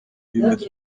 bimaze